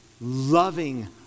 Loving